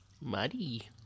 Muddy